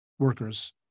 Workers